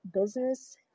business